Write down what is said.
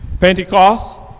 Pentecost